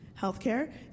Healthcare